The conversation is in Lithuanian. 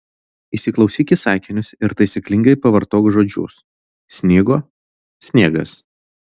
įsiklausyk į sakinius ir taisyklingai pavartok žodžius snigo sniegas